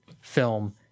film